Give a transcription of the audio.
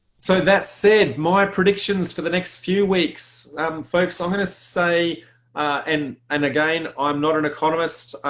so that said, my predictions for the next few weeks um folks, i'm gonna say and and again, i'm not an economist,